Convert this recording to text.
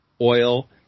oil